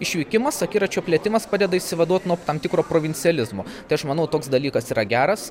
išvykimas akiračio plėtimas padeda išsivaduot nuo tam tikro provincializmo tai aš manau toks dalykas yra geras